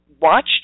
watch